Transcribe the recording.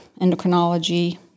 endocrinology